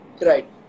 Right